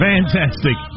Fantastic